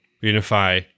unify